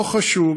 לא חשוב,